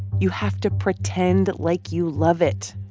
you have to pretend like you love it,